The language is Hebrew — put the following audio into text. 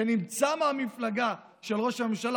שנמצא במפלגה של ראש הממשלה,